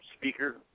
speaker